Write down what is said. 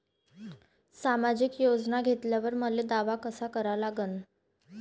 सामाजिक योजना घेतल्यावर मले दावा कसा करा लागन?